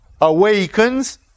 Awakens